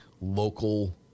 local